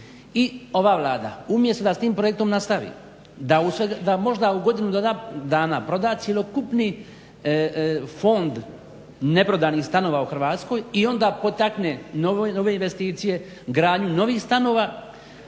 ova Vlada umjesto da s tim projektom nastavi, da možda u godinu dana proda cjelokupni fond neprodanih stanova u Hrvatskoj i onda potakne nove investicije, gradnju novih stanova,